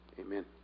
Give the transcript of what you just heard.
amen